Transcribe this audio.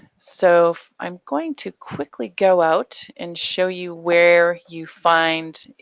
so i'm going to quickly go out and show you where you find.